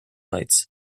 lights